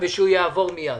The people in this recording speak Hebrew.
כך שיעבור מיד.